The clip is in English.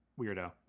weirdo